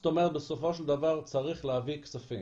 זאת אומרת, בסופו של דבר צריך להביא כספים.